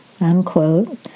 unquote